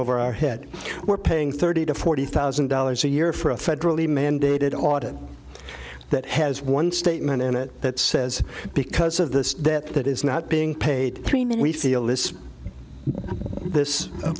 over our head we're paying thirty to forty thousand dollars a year for a federally mandated audit that has one statement in it that says because of this that that is not being paid three men we feel this this